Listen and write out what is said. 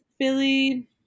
Philly